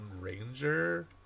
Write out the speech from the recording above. ranger